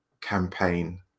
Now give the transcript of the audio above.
campaign